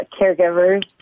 caregivers